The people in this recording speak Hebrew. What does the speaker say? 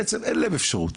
בעצם אין להם אפשרות.